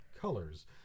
colors